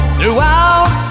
Throughout